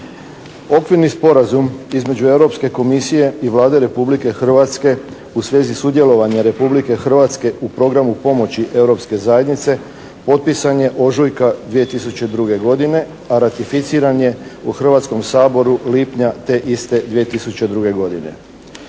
Okvirni sporazum između Europske Komisije i Vlade Republike Hrvatske u svezi sudjelovanja Republike Hrvatske u programu pomoći europske zajednice potpisan je ožujka 2002. godine, a ratificiran je u Hrvatskom saboru lipnja te iste 2002. godine.